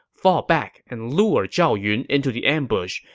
fall back and lure zhao yun into the ambush.